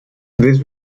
this